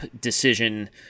decision –